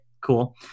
cool